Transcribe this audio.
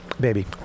baby